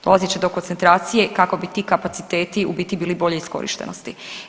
Dolazit će do koncentracije kako bi ti kapaciteti u biti bili bolje iskorištenosti.